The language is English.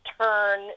turn